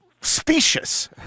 Specious